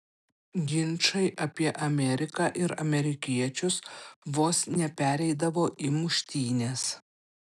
ginčai apie ameriką ir amerikiečius vos nepereidavo į muštynes